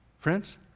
Friends